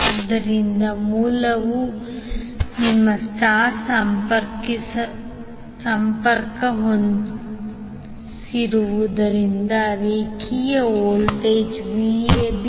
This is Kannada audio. ಆದ್ದರಿಂದ ಮೂಲವು ನಿಮ್ಮ ಸ್ಟಾರ್ ಸಂಪರ್ಕಿಸಿರುವುದರಿಂದ ರೇಖೆಯ ವೋಲ್ಟೇಜ್ Vab